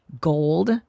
gold